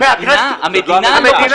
המדינה לא.